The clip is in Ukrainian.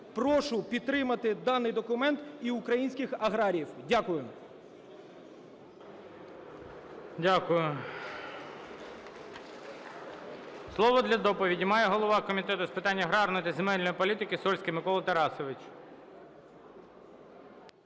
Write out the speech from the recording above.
Прошу підтримати даний документ і українських аграріїв. Дякую. ГОЛОВУЮЧИЙ. Дякую. Слово для доповіді має голова Комітету з питань аграрної та земельної політики Сольський Микола Тарасович.